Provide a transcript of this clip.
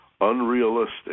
unrealistic